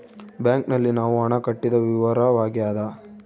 bank ನಲ್ಲಿ ನಾವು ಹಣ ಕಟ್ಟಿದ ವಿವರವಾಗ್ಯಾದ